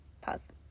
Pause